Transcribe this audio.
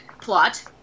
plot